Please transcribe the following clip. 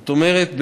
זאת אומרת,